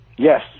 Yes